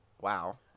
wow